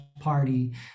party